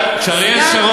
סגן שר